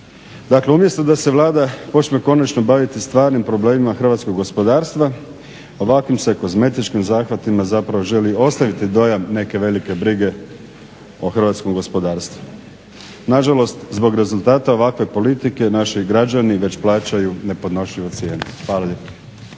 Dakle, umjesto da se Vlada počme konačno baviti stvarnim problemima hrvatskog gospodarstva ovakvim se kozmetičkim zahvatima zapravo želi ostaviti dojam neke velike brige o hrvatskom gospodarstvu. Na žalost, zbog rezultata ovakve politike naši građani već plaćaju nepodnošljive cijene. Hvala lijepo.